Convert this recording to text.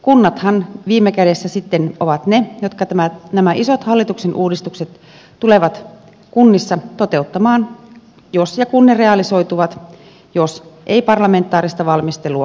kunnathan viime kädessä sitten ovat ne jotka nämä isot hallituksen uudistukset tulevat kunnissa toteuttamaan jos ja kun ne realisoituvat jos ei parlamentaarista valmistelua aloiteta